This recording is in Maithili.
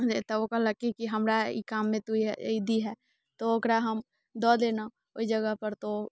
तऽ ओ कहलक कि हमरा ई काममे तोँ ई दिहए तऽ ओकरा हम दऽ देलहुँ ओहि जगहपर तऽ ओ